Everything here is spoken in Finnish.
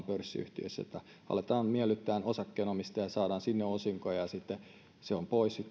pörssiyhtiöissä että aletaan miellyttämään osakkeenomistajia ja saadaan sinne osinkoja ja se on pois